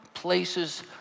Places